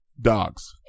Dogs